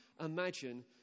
imagine